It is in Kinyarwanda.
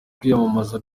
kwiyamamaza